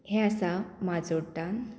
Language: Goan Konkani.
हें आसा माजोड्डान